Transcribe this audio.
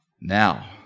Now